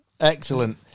Excellent